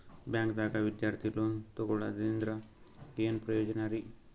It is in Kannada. ಬ್ಯಾಂಕ್ದಾಗ ವಿದ್ಯಾರ್ಥಿ ಲೋನ್ ತೊಗೊಳದ್ರಿಂದ ಏನ್ ಪ್ರಯೋಜನ ರಿ?